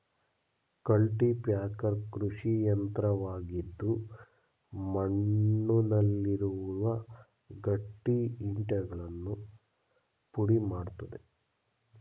cultipacker ಕೃಷಿಯಂತ್ರವಾಗಿದ್ದು ಮಣ್ಣುನಲ್ಲಿರುವ ಗಟ್ಟಿ ಇಂಟೆಗಳನ್ನು ಪುಡಿ ಮಾಡತ್ತದೆ